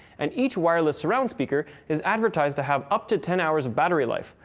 and each wireless surround speaker is advertised to have up to ten hours of battery life,